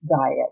diet